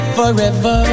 forever